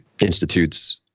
institutes